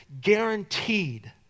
guaranteed